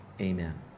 Amen